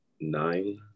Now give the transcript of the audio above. nine